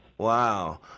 Wow